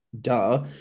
duh